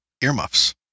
earmuffs